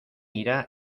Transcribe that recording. irá